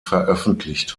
veröffentlicht